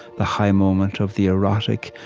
the high moment of the erotic,